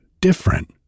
different